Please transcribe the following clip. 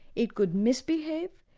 it could misbehave,